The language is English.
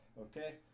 okay